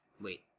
Wait